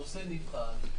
הנושא נבחן,